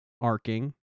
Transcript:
arcing